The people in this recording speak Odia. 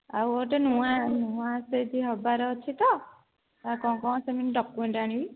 ଆଉ ଗୋଟେ ନୂଆ ନୂଆ ସେଇଠି ହେବାର ଅଛି ତ କ'ଣ କ'ଣ ସେମିତି ଡକୁମେଣ୍ଟ୍ ଆଣିବି